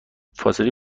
فاصله